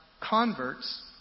converts